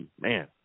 Man